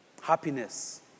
Happiness